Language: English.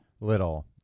Little